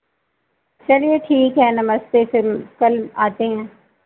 चलिए ठीक है नमस्ते फिर कल आते हैं